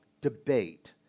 debate